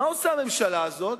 מה עושה הממשלה הזאת?